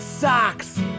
Socks